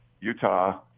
Utah